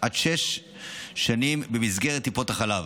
עד שש שנים במסגרת טיפות החלב.